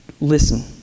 listen